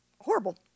horrible